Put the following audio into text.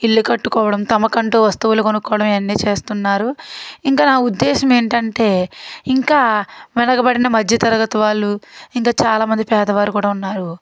ఇల్లు కట్టుకోవడం తమకి అంటూ వస్తువులు కొనుక్కోవడం ఇవన్నీ చేస్తున్నారు ఇంకా నా ఉద్దేశం ఏంటంటే ఇంకా వెనకబడిన మధ్యతరగతి వాళ్ళు ఇంకా చాలా మంది పేదవారు కూడా ఉన్నారు